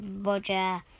Roger